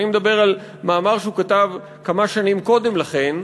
אני מדבר על מאמר שהוא כתב כמה שנים קודם לכן,